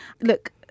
Look